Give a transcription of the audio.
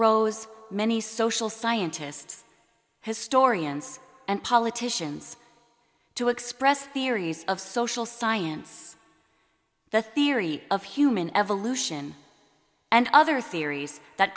rose many social scientists historians and politicians to express theories of social science the theory of human evolution and other theories that